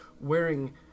wearing